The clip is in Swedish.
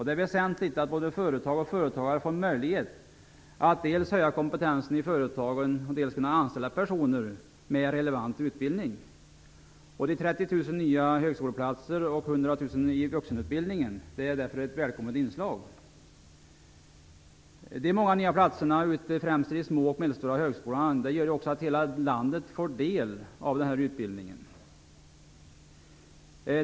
Det är väsentligt att både företag och företagare får möjlighet att dels höja kompetensen i företagen, dels kunna anställa personer med relevant utbildning. De 30 000 nya högskoleplatserna och 100 000 nya platser i vuxenutbildningen är därför ett välkommet inslag. De många nya platserna ute i främst de små och medelstora högskolorna gör också att hela landet får del av denna utbildning.